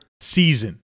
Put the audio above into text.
season